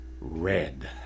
red